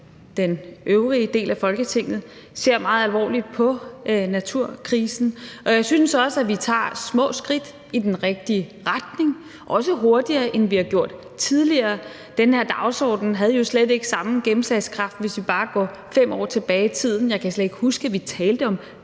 den øvrige del af Folketinget ser meget alvorligt på naturkrisen, og jeg synes også, at vi tager små skridt i den rigtige retning, også hurtigere end vi har gjort tidligere. Den her dagsorden havde jo slet ikke samme gennemslagskraft, hvis vi bare går 5 år tilbage i tiden. Jeg kan slet ikke huske, at vi talte om